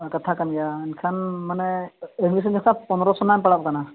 ᱠᱟᱛᱷᱟ ᱠᱟᱱ ᱜᱮᱭᱟ ᱮᱱᱠᱷᱟᱱ ᱢᱟᱱᱮ ᱮᱰᱢᱤᱥᱮᱱ ᱡᱚᱠᱷᱟᱱ ᱯᱚᱸᱫᱨᱚ ᱥᱚ ᱜᱟᱱ ᱯᱟᱲᱟᱜ ᱠᱟᱱᱟ